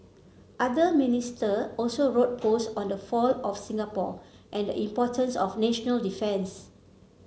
other Minister also wrote post on the fall of Singapore and the importance of national defence